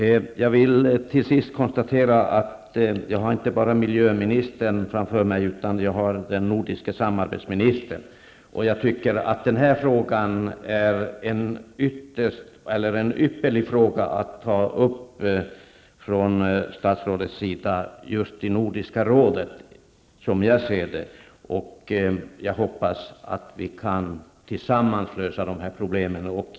Herr talman! Jag vill till sist konstatera att jag har inte bara miljöministern här, utan även den nordiske samarbetsministern. Detta är en ypperlig fråga för statsrådet att ta upp i Nordiska rådet. Jag hoppas att vi tillsammans kan lösa dessa problem.